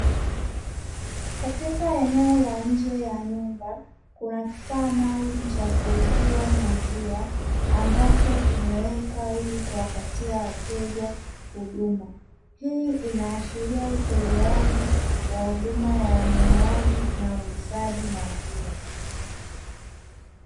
Katika eneo la nje ya nyumba kuna kifaa maalumu cha kuuzia maziwa ambacho kimewekwa ili kuwapatia wateja huduma. Hii inaashiria utolewaji huduma ya ununuwaji na uuzaji maziwa.